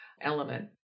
element